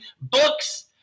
books